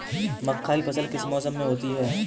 मक्का की फसल किस मौसम में होती है?